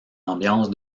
ambiance